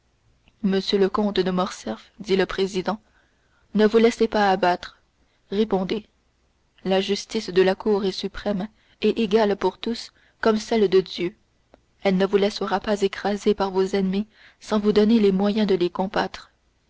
monsieur le comte de morcerf dit le président ne vous laissez pas abattre répondez la justice de la cour est suprême et égale pour tous comme celle de dieu elle ne vous laissera pas écraser par vos ennemis sans vous donner les moyens de les combattre